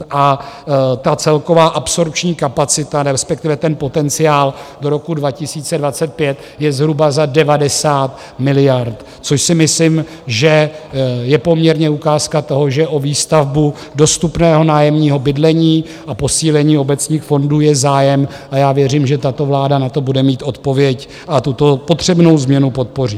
A ta celková absorpční kapacita, respektive ten potenciál do roku 2025, je zhruba za 90 miliard, což si myslím, že je poměrně ukázka toho, že o výstavbu dostupného nájemního bydlení a posílení obecních fondů je zájem, a já věřím, že tato vláda na to bude mít odpověď a tuto potřebnou změnu podpoří.